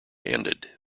ended